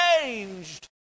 changed